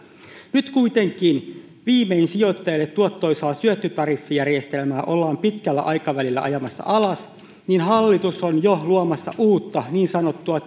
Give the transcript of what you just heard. nyt kuitenkin kun sijoittajalle tuottoisaa syöttötariffijärjestelmää ollaan viimein pitkällä aikavälillä ajamassa alas niin hallitus on jo luomassa uutta niin sanottua